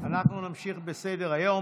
אנחנו נמשיך בסדר-היום.